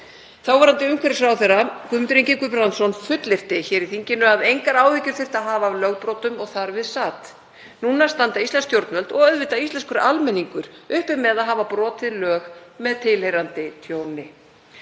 Þáverandi umhverfisráðherra Guðmundur Ingi Guðbrandsson fullyrti hér í þinginu að engar áhyggjur þyrfti að hafa af lögbrotum og þar við sat. Nú sitja íslensk stjórnvöld og auðvitað íslenskur almenningur uppi með að hafa brotið lög með tilheyrandi tjóni.